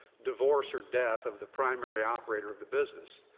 divorce or death of the primary operator of the business.